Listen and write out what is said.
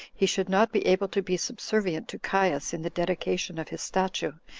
he should not be able to be subservient to caius in the dedication of his statue,